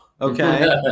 Okay